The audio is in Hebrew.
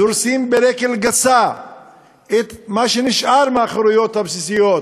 דורסים ברגל גסה את מה שנשאר מהחירויות הבסיסיות.